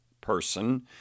person